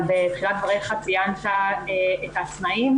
אבל בתחילת דבריך ציינת את העצמאים.